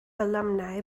alumni